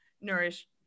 nourish